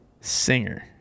Singer